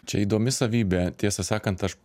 čia įdomi savybė tiesą sakant aš